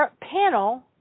panel